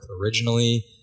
originally